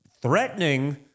threatening